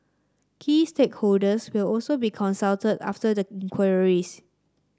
key stakeholders will also be consulted after the inquiries